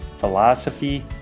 philosophy